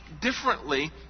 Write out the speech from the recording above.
differently